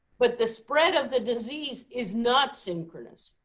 but the spread of the disease is not synchronous.